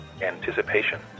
anticipation